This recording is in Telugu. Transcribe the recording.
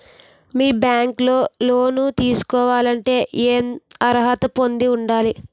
మీ బ్యాంక్ లో లోన్ తీసుకోవాలంటే ఎం అర్హత పొంది ఉండాలి?